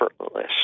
effortless